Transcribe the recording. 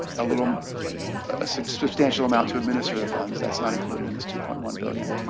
a little um a substantial amount to administer the funds. that's not included in this two point one billion